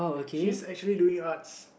she's actually doing arts